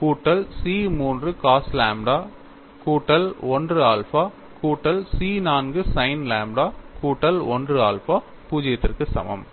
கூட்டல் C 3 cos lambda கூட்டல் 1 alpha கூட்டல் C 4 sin லாம்ப்டா கூட்டல் 1 ஆல்பா 0 க்கு சமம்